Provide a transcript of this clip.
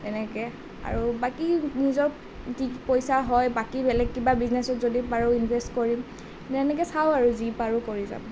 সেনেকৈ আৰু বাকী নিজৰ কি কি পইচা হয় বাকী বেলেগ কিবা বিজনেছত যদি পাৰোঁ ইনভেষ্ট কৰিম তেনেকৈ চাওঁ আৰু যি পাৰোঁ কৰি যাম